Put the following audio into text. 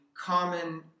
common